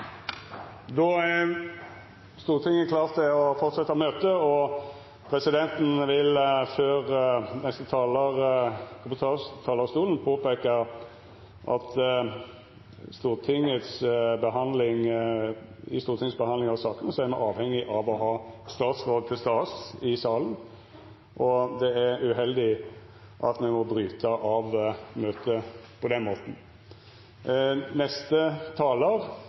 Då er Stortinget klar til å fortsetja møtet. Presidenten vil, før neste talar går på talarstolen, påpeika at me i Stortingets behandling av sakene er avhengige av å ha ein statsråd til stades i salen. Det er uheldig at me må bryta av møtet på denne måten.